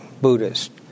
Buddhist